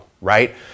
right